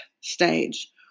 stage